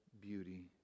beauty